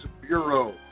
bureau